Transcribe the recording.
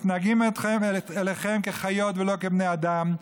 מתנהגים אליכם כאל חיות ולא כאל בני אדם,